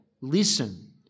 Listen